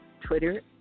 Twitter